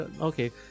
okay